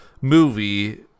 movie